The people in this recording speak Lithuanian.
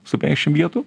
su penkiašim vietų